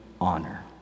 honor